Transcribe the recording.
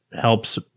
helps